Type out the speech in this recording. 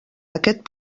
aquest